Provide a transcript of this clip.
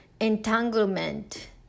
Entanglement